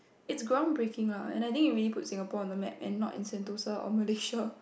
it's ground breaking lah and I think it really puts Singapore on the map and not in Sentosa or Malaysia